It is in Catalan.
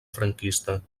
franquista